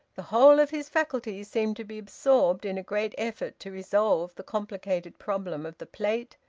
the whole of his faculties seemed to be absorbed in a great effort to resolve the complicated problem of the plate,